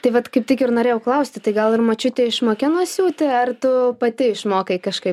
tai vat kaip tik ir norėjau klausti tai gal ir močiutė išmokino siūti ar tu pati išmokai kažkaip